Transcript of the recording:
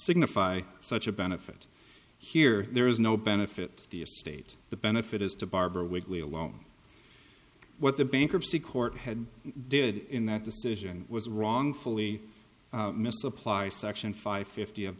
signify such a benefit here there is no benefit the estate the benefit is to barbara wigley alone what the bankruptcy court had did in that decision was wrongfully misapply section five fifty of